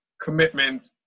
commitment